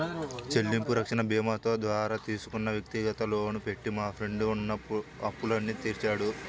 చెల్లింపు రక్షణ భీమాతో ద్వారా తీసుకున్న వ్యక్తిగత లోను పెట్టి మా ఫ్రెండు ఉన్న అప్పులన్నీ తీర్చాడు